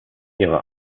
ihre